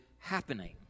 happening